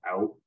out